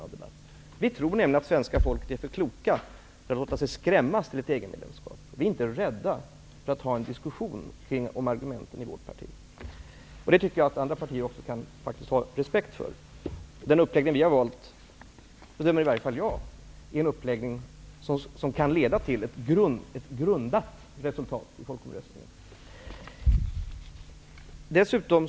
Vi tror nämligen att svenska folket är för klokt för att låta sig skrämmas till ett EG-medlemskap, och vi är inte rädda för en diskussion kring argumenten i vårt parti. Det borde andra partier kunna ha respekt för. Den uppläggning som socialdemokraterna har valt kan leda till, som jag bedömer det, ett grundat resultat i folkomröstningen.